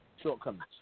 shortcomings